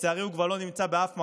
לצערי הוא כבר לא נמצא בשום מקום,